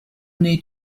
need